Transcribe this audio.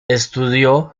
estudió